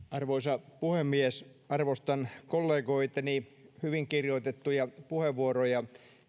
arvoisa puhemies arvostan kollegoitteni hyvin kirjoitettuja puheenvuoroja